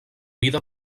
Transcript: vida